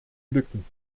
lücken